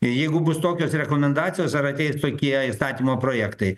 jeigu bus tokios rekomendacijos ar ateis tokie įstatymo projektai